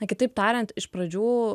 na kitaip tariant iš pradžių